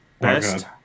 Best